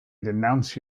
denounce